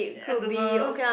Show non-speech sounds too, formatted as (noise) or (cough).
(noise) I don't know